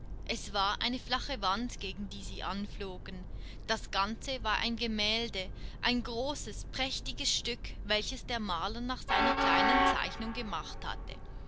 es war eine flache wand gegen die sie anflogen das ganze war ein gemälde ein großes prächtiges stück welches der maler nach seiner kleinen zeichnung gemacht hatte